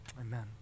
amen